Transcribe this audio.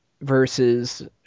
Versus